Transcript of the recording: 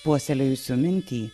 puoselėjusiu mintį